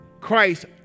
Christ